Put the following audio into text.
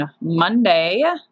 Monday